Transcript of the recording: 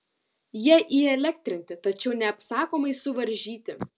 jie įelektrinti tačiau neapsakomai suvaržyti